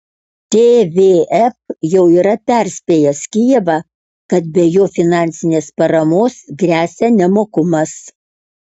tvf jau yra perspėjęs kijevą kad be jo finansinės paramos gresia nemokumas